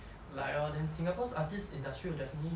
来 lor then singapore's artist industry will definitely be